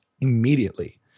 immediately